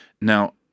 Now